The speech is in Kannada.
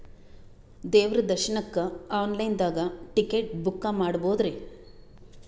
ದೇವ್ರ ದರ್ಶನಕ್ಕ ಆನ್ ಲೈನ್ ದಾಗ ಟಿಕೆಟ ಬುಕ್ಕ ಮಾಡ್ಬೊದ್ರಿ?